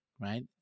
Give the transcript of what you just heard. right